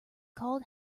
called